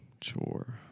chore